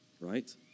right